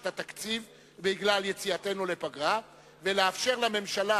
את התקציב בגלל יציאתנו לפגרה ולאפשר לממשלה,